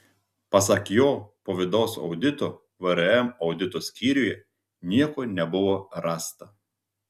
pasak jo po vidaus audito vrm audito skyriuje nieko nebuvo rasta